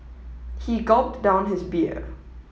he gulped down his beer